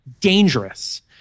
dangerous